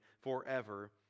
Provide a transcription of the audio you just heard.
forever